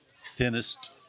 thinnest